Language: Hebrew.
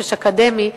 חופש אקדמי,